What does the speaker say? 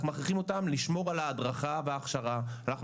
אנחנו מכריחים אותם לשמור על ההדרכה וההכשרה ואנחנו